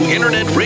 Internet